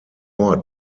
ort